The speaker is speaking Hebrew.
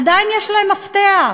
עדיין יש להם מפתח.